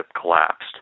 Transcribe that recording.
collapsed